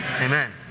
Amen